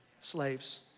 slaves